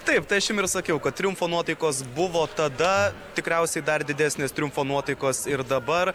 taip tai aš jum ir sakiau kad triumfo nuotaikos buvo tada tikriausiai dar didesnės triumfo nuotaikos ir dabar